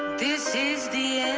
this is the